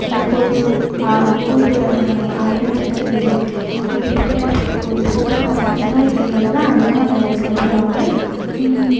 இந்த கோயிலூர் கோயிலூர் அரண்மனை ஆயிரம் ஜன்னல் வீடு இங்கே பிள்ளையார் பட்டி கோயில் சித்தனை வாசல் இந்தமாதிரி இடங்களில் தான் அதிகமாக நேரம் செலவிடுவாங்க